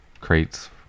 crates